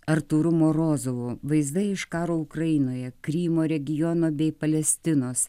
artūru morozovu vaizdai iš karo ukrainoje krymo regiono bei palestinos